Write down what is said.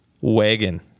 Wagon